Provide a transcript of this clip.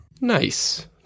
Nice